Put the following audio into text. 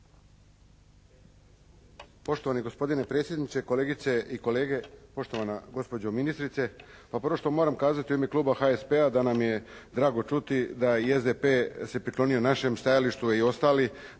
Poštovano gospodine predsjedniče, kolegice i kolege, poštovana gospođo ministrice. Pa prvo što moram kazati u ime kluba HSP-a da nam je drago čuti da i SDP se priklonio našem stajalištu, a i ostali